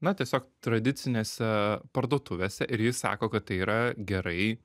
na tiesiog tradicinėse parduotuvėse ir ji sako kad tai yra gerai